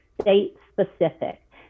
state-specific